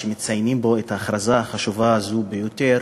שמציינים בו את ההכרזה החשובה ביותר,